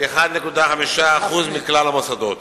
כ-1.5% מכלל המוסדות.